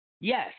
yes